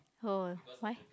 oh why